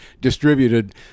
distributed